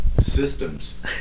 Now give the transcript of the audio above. Systems